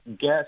guess